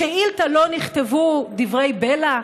בשאילתה לא נכתבו דברי בלע,